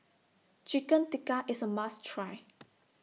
Chicken Tikka IS A must Try